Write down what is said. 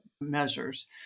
measures